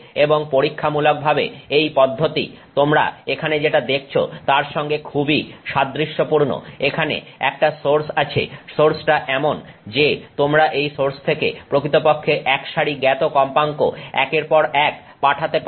এবং পরীক্ষামূলকভাবে এই পদ্ধতি তোমরা এখানে যেটা দেখছো তার সঙ্গে খুবই সাদৃশ্যপূর্ণ এখানে একটা সোর্স আছে সোর্সটা এমন যে তোমরা এই সোর্স থেকে প্রকৃতপক্ষে একসারি জ্ঞাত কম্পাঙ্ক একের পর এক পাঠাতে পারো